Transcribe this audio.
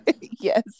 yes